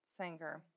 singer